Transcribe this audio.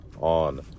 on